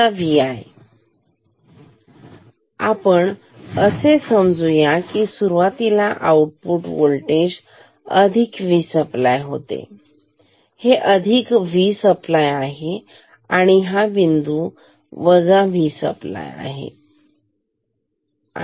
आता Vi आपण असे समजू की सुरुवातीला Vo अधिक V सप्लाय आहे हे अधिक V सप्लाय आहे आणि हा बिंदू वजा V सप्लाय आहे